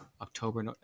October